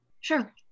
Sure